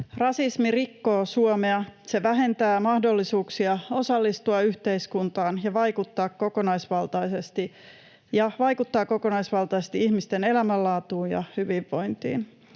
Rasismi rikkoo Suomea. Se vähentää mahdollisuuksia osallistua yhteiskuntaan ja vaikuttaa kokonaisvaltaisesti ihmisten elämänlaatuun ja hyvinvointiin.